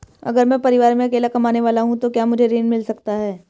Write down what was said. अगर मैं परिवार में अकेला कमाने वाला हूँ तो क्या मुझे ऋण मिल सकता है?